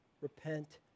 Repent